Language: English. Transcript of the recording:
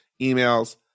emails